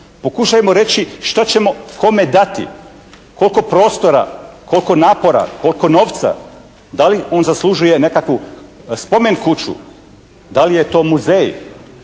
Pokušajmo reći što ćemo kome dati, koliko prostora, koliko napora, koliko novca. Da li on zaslužuje nekakvu spomen-kuću, da li je to muzej,